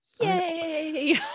Yay